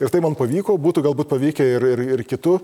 ir tai man pavyko būtų galbūt pavykę ir ir ir kitu